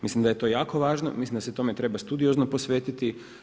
Mislim da je to jako važno, mislim da se tome treba studiozno posvetiti.